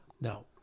no